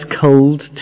cold